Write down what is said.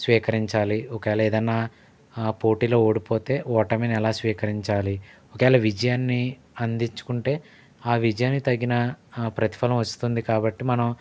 స్వీకరించాలి ఒక వేల ఏదన్నా పోటీలో ఓడిపోతే ఓటమిని ఎలా స్వీకరించాలి ఒకవేళ విజయాన్ని అందించకుంటే ఆ విజయానికి తగిన ప్రతిఫలం వస్తుంది కాబట్టి మనం